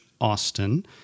Austin